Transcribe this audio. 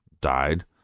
died